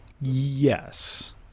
Yes